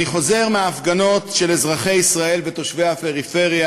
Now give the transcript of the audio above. אני חוזר מההפגנות של אזרחי ישראל ותושבי הפריפריה,